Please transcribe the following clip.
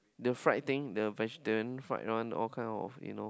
the fried thing the vegetarian fried run all kind of you know